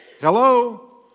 Hello